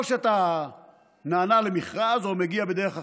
או שאתה נענה למכרז או מגיע בדרך אחרת,